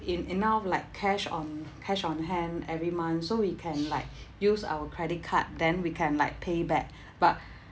en~ enough like cash on cash on hand every month so we can like use our credit card then we can like pay back but